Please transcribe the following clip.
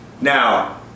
Now